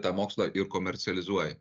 tą mokslą ir komercializuoja